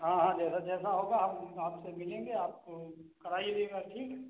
हाँ हाँ जैसा जैसा होगा हम आपसे मिलेंगे आपको कराई देगा ठीक